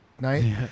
night